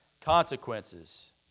consequences